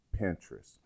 Pinterest